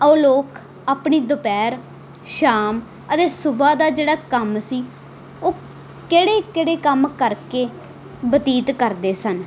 ਉਹ ਲੋਕ ਆਪਣੀ ਦੁਪਹਿਰ ਸ਼ਾਮ ਅਤੇ ਸੁਬਾਹ ਦਾ ਜਿਹੜਾ ਕੰਮ ਸੀ ਉਹ ਕਿਹੜੇ ਕਿਹੜੇ ਕੰਮ ਕਰਕੇ ਬਤੀਤ ਕਰਦੇ ਸਨ